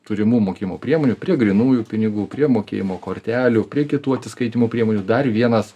turimų mokėjimo priemonių prie grynųjų pinigų prie mokėjimo kortelių prie kitų atsiskaitymo priemonių dar vienas